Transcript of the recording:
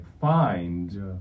find